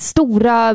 Stora